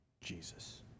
Jesus